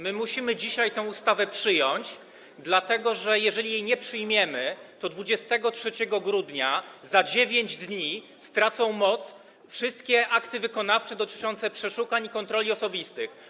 Musimy dzisiaj tę ustawę przyjąć, dlatego że jeżeli jej nie przyjmiemy, to 23 grudnia, za 9 dni, stracą moc wszystkie akty wykonawcze dotyczące przeszukań i kontroli osobistych.